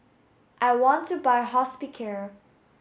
I want to buy Hospicare